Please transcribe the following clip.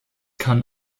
kann